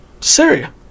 Syria